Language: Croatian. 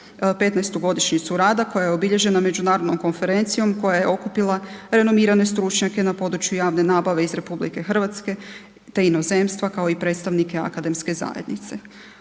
15.-tu godišnjicu rada koja je obilježena međunarodnom konferencijom koja je okupila renomirane stručnjake na području javne nabave iz RH, te inozemstva, kao i predstavnike akademske zajednice.